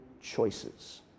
choices